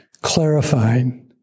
clarifying